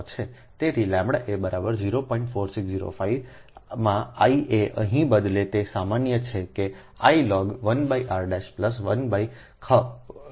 તેથીʎa 04605 માં I a અહીં બદલે તે સામાન્ય છે કે I લોગ 1 R I ખ અંતર જ